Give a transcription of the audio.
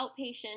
outpatient